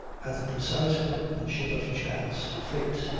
at the precise workmanship of chance, fate,